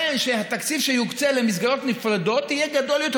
התקציב שיוקצה למסגרות נפרדות יהיה גדול יותר